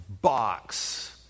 box